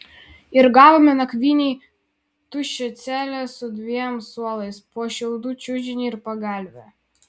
ir gavome nakvynei tuščią celę su dviem suolais po šiaudų čiužinį ir pagalvę